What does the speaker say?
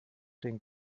den